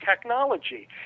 technology